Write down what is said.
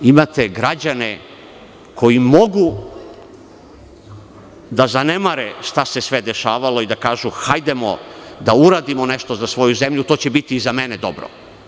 Imate građane koji mogu da zanemare šta se sve dešavalo i da kažu – hajde da uradimo nešto za svoju zemlju, to će biti i za mene dobro.